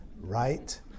right